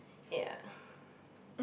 ya